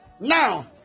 now